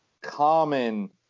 common